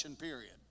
period